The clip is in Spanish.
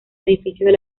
edificios